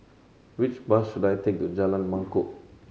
which bus should I take to Jalan Mangkok